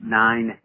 nine